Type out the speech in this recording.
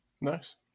Nice